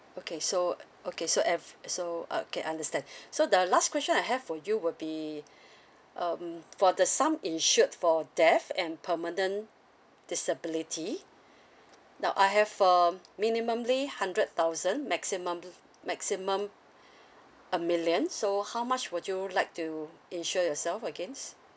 okay so okay so at f~ so uh okay understand so the last question I have for you will be um for the sum insured for death and permanent disability now I have um minimumly hundred thousand maximum f~ maximum a million so how much would you like to insure yourself against